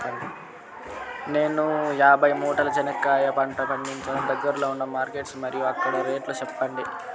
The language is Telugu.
నేను యాభై మూటల చెనక్కాయ పంట పండించాను దగ్గర్లో ఉన్న మార్కెట్స్ మరియు అక్కడ రేట్లు చెప్పండి?